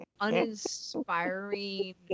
uninspiring